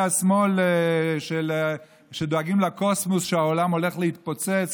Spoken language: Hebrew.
השמאל שדואגים לקוסמוס כי העולם הולך להתפוצץ,